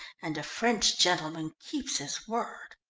and a french gentleman keeps his word.